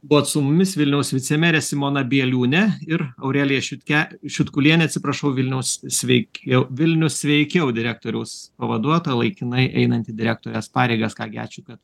buvot su mumis vilniaus vicemerė simona bieliūnienė ir aurelija šiutke šiudkulienė atsiprašau vilniaus sveikiau vilnius sveikeu direktoriaus pavaduotoja laikinai einanti direktorės pareigas ką gi ačiū kad